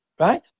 Right